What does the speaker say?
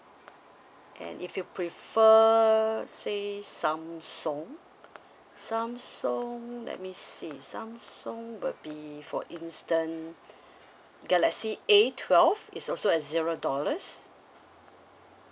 and if you prefer say samsung samsung let me see samsung would be for instance galaxy A twelve is also at zero dollars